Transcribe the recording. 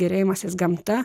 gėrėjimasis gamta